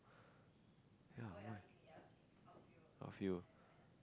ya why a few